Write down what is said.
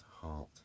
heart